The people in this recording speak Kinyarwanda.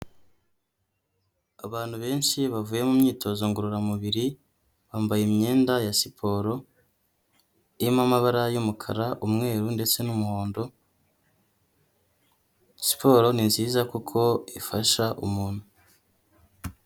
Abantu benshi bavuye mu myitozo ngororamubiri, bambaye imyenda ya siporo irimo amabara y'umukara, umweru ndetse n'umuhondo. Siporo ni nziza kuko ifasha umuntu.